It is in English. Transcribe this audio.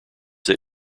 that